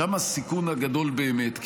שם הסיכון הגדול באמת.